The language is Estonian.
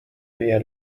püüa